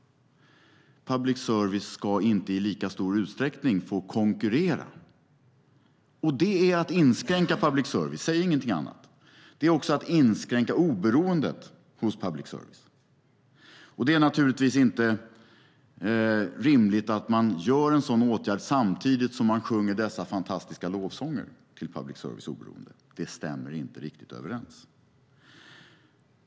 Public service ska inte i lika stor utsträckning få konkurrera. Det är att inskränka public service, säg ingenting annat! Det är också att inskränka oberoendet hos public service. Det är naturligtvis inte rimligt att man vidtar en sådan åtgärd samtidigt som man sjunger dessa fantastiska lovsånger till public services oberoende. Det stämmer inte riktigt överens.